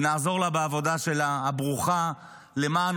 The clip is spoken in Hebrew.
ונעזור לה בעבודה הברוכה שלה למען